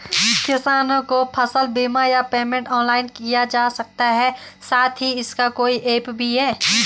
किसानों को फसल बीमा या पेमेंट ऑनलाइन किया जा सकता है साथ ही इसका कोई ऐप भी है?